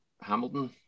Hamilton